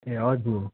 ए हजुर